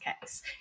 case